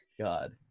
God